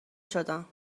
شدم